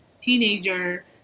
teenager